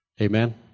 Amen